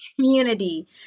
community